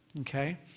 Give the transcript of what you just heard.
Okay